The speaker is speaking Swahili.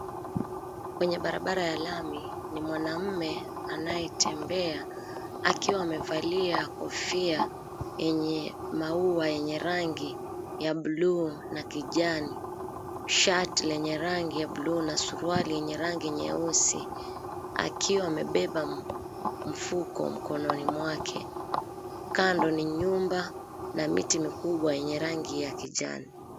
Kwenye barabara ya lami ni mwanaume anayetembea akiwa amevalia kofia yenye maua yenye rangi ya blue na kijani shirt lenye rangi ya blue na suruali yenye rangi nyeusi akiwa amebeba mfuko mkononi mwake, kando ni nyumba na miti mikubwa yenye rangi ya kijani.